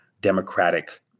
democratic